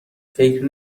فکر